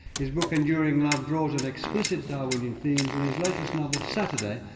his book enduring love draws on explicit darwinian themes, and his latest novel, saturday,